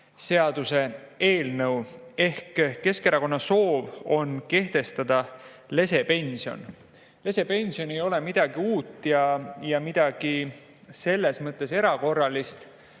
seaduse eelnõu. Keskerakonna soov on kehtestada lesepension. Lesepension ei ole midagi uut ega midagi erakorralist,